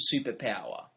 superpower